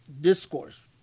discourse